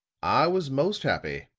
i was most happy,